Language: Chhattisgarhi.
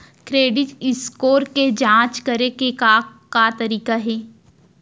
क्रेडिट स्कोर के जाँच करे के का तरीका हे?